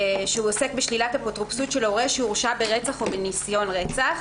והוא עוסק בשלילת אפוטרופסות של הורה שהורשע ברצח או בניסיון רצח.